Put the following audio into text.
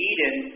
Eden